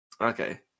Okay